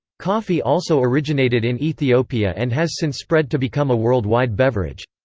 coffee also originated in ethiopia and has since spread to become a worldwide beverage.